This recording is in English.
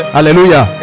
Hallelujah